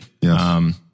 Yes